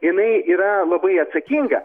jinai yra labai atsakinga